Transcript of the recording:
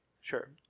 Sure